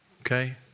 Okay